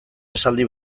esaldi